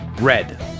Red